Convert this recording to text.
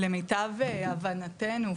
למיטב הבנתינו,